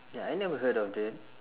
ya I never heard of that